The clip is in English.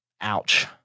ouch